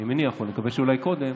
אני מניח, אני מקווה שאולי קודם,